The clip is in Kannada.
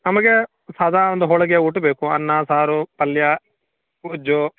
ನಮಗೆ ಸಾದಾ ಒಂದು ಹೋಳಿಗೆ ಊಟ ಬೇಕು ಅನ್ನ ಸಾರು ಪಲ್ಯ ಗೊಜ್ಜು